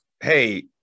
hey